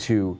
to